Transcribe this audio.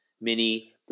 mini